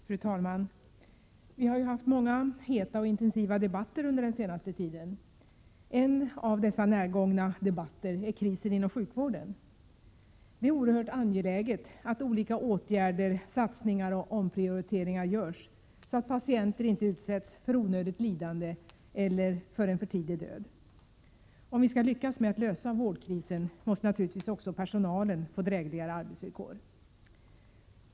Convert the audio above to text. Fru talman! Vi har ju haft många heta och intensiva debatter under den S maj 1988 senaste tiden. En av dessa närgångna debatter gäller krisen inom sjukvården. Det är oerhört angeläget att olika åtgärder, satsningar och omprioriteringar görs, så att patienter inte utsätts för onödigt lidande eller en för tidig död. Om vi skall lyckas med att lösa vårdkrisen måste naturligtvis också personalen få drägligare arbetsvillkor.